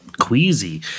queasy